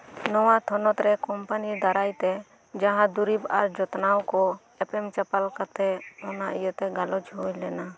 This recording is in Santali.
ᱱᱚᱣᱟ ᱛᱷᱚᱱᱚᱛ ᱨᱮ ᱠᱚᱢᱯᱟᱱᱤ ᱫᱟᱨᱟᱭᱛᱮ ᱡᱟᱦᱟᱸ ᱫᱩᱨᱤᱵᱽ ᱟᱨ ᱡᱚᱛᱱᱟᱣ ᱠᱚ ᱮᱯᱮᱢ ᱪᱟᱯᱟᱞ ᱠᱟᱛᱮᱫ ᱚᱱᱟ ᱤᱭᱟᱹᱛᱮ ᱜᱟᱞᱚᱪ ᱦᱩᱭᱞᱮᱱᱟ